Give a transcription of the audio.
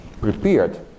prepared